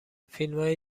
فیلمای